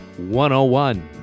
101